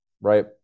Right